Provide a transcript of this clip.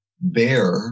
bear